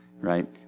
right